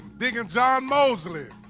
diggins our mosley